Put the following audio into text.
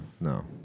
no